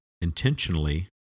intentionally